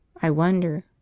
i wonder.